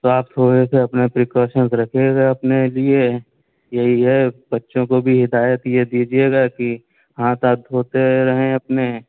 تو آپ تھوڑے سے اپنے پریکاشینس رکھیے گا اپنے لیے یہی ہے بچوں کو بھی ہدایت یہ دیجیے گا کہ ہاتھ آت دھوتے رہیں اپنے